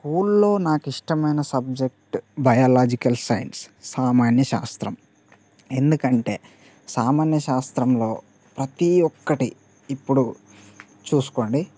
స్కూల్లో నాకిష్టమైన subject biological science సామాన్య శాస్త్రం ఎందుకంటే సామాన్య శాస్త్రంలో ప్రతి ఒక్కటి ఇప్పుడు చూసుకోండి